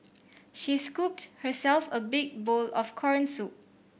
she scooped herself a big bowl of corn soup